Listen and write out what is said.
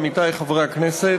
עמיתי חברי הכנסת,